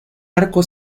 arco